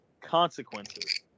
consequences